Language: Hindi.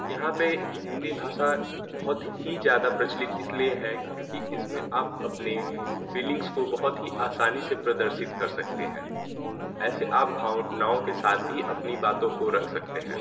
यहाँ पे हिंदी भाषा बहुत ही ज़्यादा प्रचलित इसलिए है क्योंकि इसमें आप अपने फीलिंगस को बहुत ही आसानी से प्रदर्शित कर सकते है ऐसे आप भावोनाओ के साथ भी अपनी बातो को रख सकते है